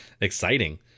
Exciting